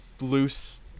loose